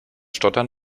stottern